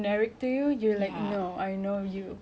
and you know me apa-apa you kasih I I makan jer